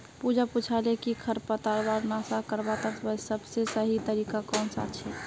पूजा पूछाले कि खरपतवारक नाश करवार सबसे सही तरीका कौन सा छे